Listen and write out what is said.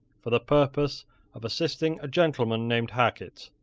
for the purpose of assisting a gentleman named hacket,